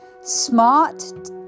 smart